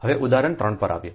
હવે ઉદાહરણ 3 પર આવો